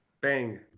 Bang